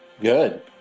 Good